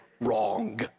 wrong